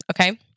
Okay